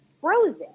frozen